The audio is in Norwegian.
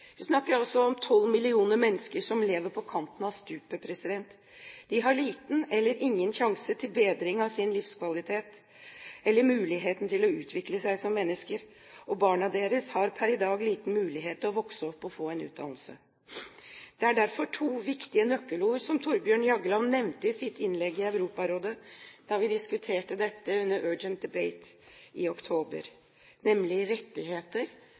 Vi snakker altså om 12 millioner mennesker som lever på kanten av stupet. De har liten eller ingen sjanse til bedring av sin livskvalitet eller muligheten til å utvikle seg som mennesker, og barna deres har per i dag liten mulighet til å vokse opp og få en utdannelse. Det er derfor to viktige nøkkelord som Thorbjørn Jagland nevnte i sitt innlegg i Europarådet da vi diskuterte dette under «urgent debate» i oktober, nemlig rettigheter,